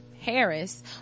Harris